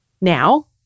Now